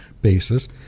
Basis